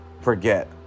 forget